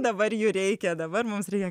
dabar jų reikia dabar mums reikia